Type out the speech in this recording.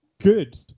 good